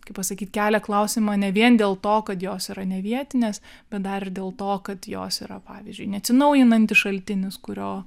kaip pasakyt kelia klausimą ne vien dėl to kad jos yra nevietinės bet dar ir dėl to kad jos yra pavyzdžiui neatsinaujinantis šaltinis kurio